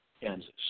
Kansas